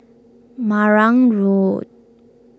Marang Road